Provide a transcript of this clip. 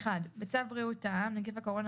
תיקון סעיף 2 בצו בריאות העם (נגיף הקורונה